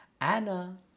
Anna